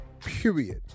period